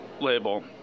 label